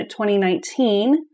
2019